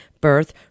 birth